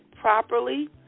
properly